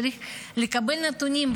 צריך לקבל נתונים,